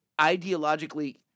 ideologically